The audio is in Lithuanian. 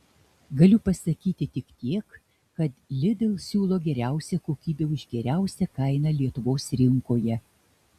galiu pasakyti tik tiek kad lidl siūlo geriausią kokybę už geriausią kainą lietuvos rinkoje